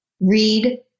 read